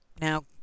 now